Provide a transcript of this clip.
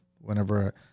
Whenever